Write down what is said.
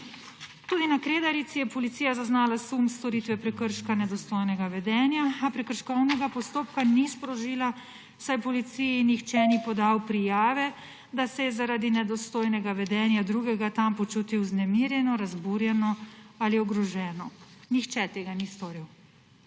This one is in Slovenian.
Tudi na Kredarici je policija zaznala sum storitve prekrška nedostojnega vedenja, a prekrškovnega postopka ni sprožila, saj policiji nihče ni podal prijave, da se je zaradi nedostojnega vedenja drugega tam počutil vznemirjeno, razburjeno ali ogroženo. Nihče tega ni storil.